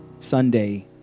Sunday